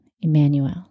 Emmanuel